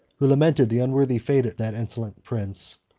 who lamented the unworthy fate of that excellent prince,